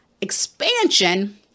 expansion